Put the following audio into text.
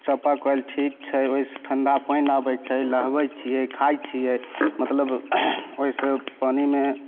चापाकल ठीक छै ओइसँ ठण्डा पानि आबय छै लहबय छियै खाइ छियै मतलब ओइसँ पानिमे